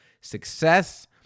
success